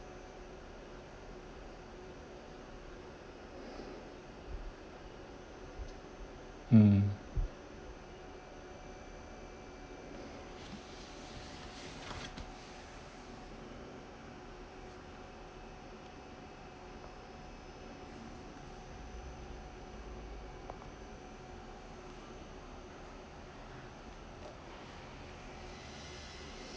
mm